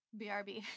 BRB